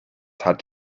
hat